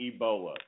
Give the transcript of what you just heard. Ebola